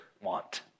want